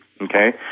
okay